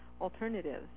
alternatives